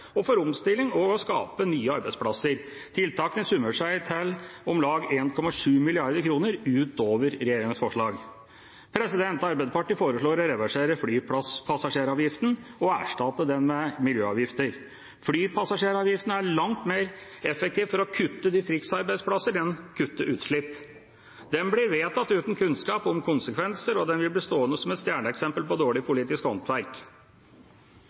aktivitet, for omstilling og for å skape nye arbeidsplasser. Tiltakene summerer seg til om lag 1,7 mrd. kr utover regjeringas forslag. Arbeiderpartiet foreslår å reversere flypassasjeravgiften og erstatte den med miljøavgifter. Flypassasjeravgiften er langt mer effektiv for å kutte distriktsarbeidsplasser enn for å kutte utslipp. Den ble vedtatt uten kunnskap om konsekvenser, og den vil bli stående som et stjerneeksempel på dårlig politisk håndverk.